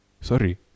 sorry